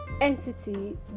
entity